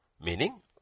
Meaning